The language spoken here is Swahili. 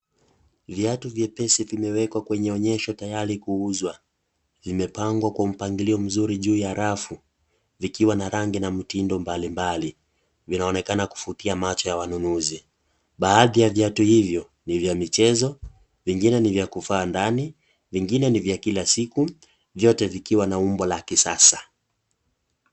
Viatu vyepesi vimewekwa kwenye onyesho tayari kuuzwa. Vimepangwa kwa mpangilio mzuri juu ya rafu, vikiwa na rangi na mtindo mbalimbali. Vinaonekana kuvutia macho ya wanunuzi. Baadhi ya viatu hivyo ni vya michezo, vingine ni vya kuvaa ndani, vingine ni vya kila siku, vyote vikiwa na umbo la kisasa.